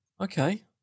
okay